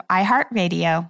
iHeartRadio